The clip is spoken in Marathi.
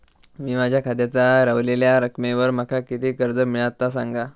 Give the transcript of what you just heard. मी माझ्या खात्याच्या ऱ्हवलेल्या रकमेवर माका किती कर्ज मिळात ता सांगा?